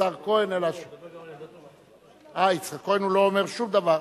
השר כהן אה, יצחק כהן, הוא לא אומר שום דבר.